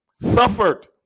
suffered